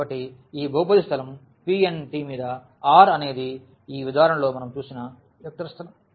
కాబట్టి ఈ బహుపది స్థలం Pnt మీద R అనేది ఈ ఉదాహరణలో మనం చూసిన వెక్టర్ స్థలం